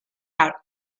out